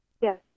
Yes